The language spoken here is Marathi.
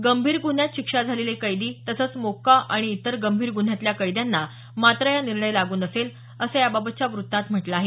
गंभीर गुन्ह्यात शिक्षा झालेले कैदी तसंच मोक्का आणि इतर गंभीर गुन्ह्यातल्या कैद्यांना मात्र हा निर्णय लागू नसेल असं याबाबतच्या वृत्तात म्हटलं आहे